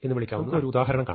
നമുക്ക് ഒരു ഉദാഹരണം കാണാം